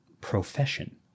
Profession